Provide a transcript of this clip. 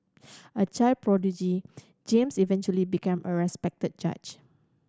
a child prodigy James eventually became a respected judge